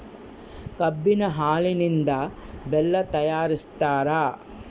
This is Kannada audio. ಕಬ್ಬಿನ ಹಾಲಿನಿಂದ ಬೆಲ್ಲ ತಯಾರಿಸ್ತಾರ